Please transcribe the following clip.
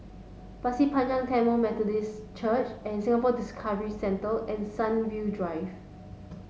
Pasir Panjang Tamil Methodist Church and Singapore Discovery Centre and Sunview Drive